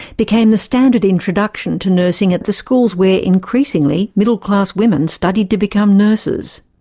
became the standard introduction to nursing at the schools where, increasingly, middle class women studied to become nurses.